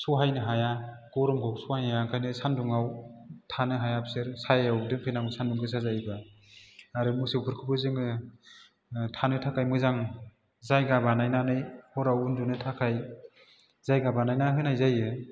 सहायनो हाया गरमखौ सहायनो हाया ओंखायनो सान्दुङाव थानो हाया बेसोर सायायाव दोनफै नांगौ सान्दुं गोसा जायोब्ला आरो मोसौफोरखौबो जोङो थानो थाखाइ मोजां जायगा बानायनानै हराव उन्दुनो थाखाइ जायगा बानायना होनाय जायो